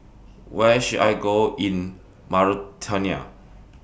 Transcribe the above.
Where should I Go in Mauritania